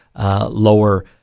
lower